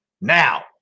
Now